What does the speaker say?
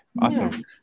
Awesome